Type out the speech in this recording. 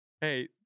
hey